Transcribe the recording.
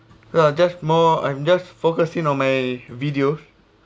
uh just more I'm just focus you know my video